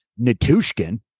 Natushkin